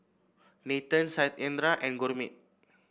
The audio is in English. Nathan Satyendra and Gurmeet